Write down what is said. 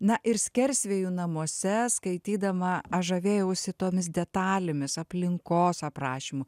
na ir skersvėjų namuose skaitydama aš žavėjausi tomis detalėmis aplinkos aprašymu